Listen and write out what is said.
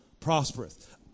prospereth